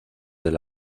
del